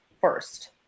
first